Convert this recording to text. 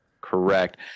correct